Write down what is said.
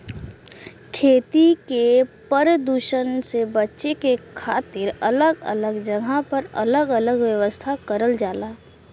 खेती के परदुसन से बचे के खातिर अलग अलग जगह पर अलग अलग व्यवस्था करल जाला